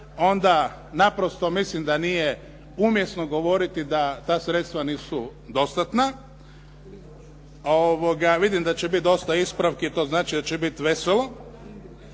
onda naprosto mislim da nije umjesno govoriti da ta sredstva nisu dostatna. Vidim da će biti dosta ispravki, to znači da će biti veselo.